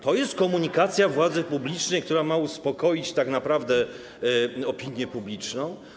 To jest komunikacja władzy publicznej, która ma uspokoić tak naprawdę opinię publiczną?